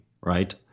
right